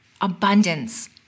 abundance